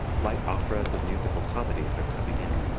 light operas and musical comedies are coming in.